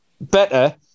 better